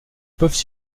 peuvent